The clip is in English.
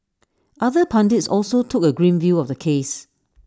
other pundits also took A grim view of the case